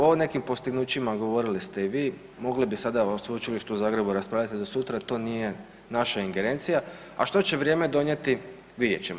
O nekim postignućima govorili ste i vi, mogli bi sada o Sveučilištu u Zagrebu raspravljati do sutra, to nije naša ingerencija, a što će vrijeme donijeti, vidjet ćemo.